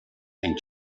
and